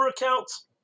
accounts